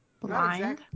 blind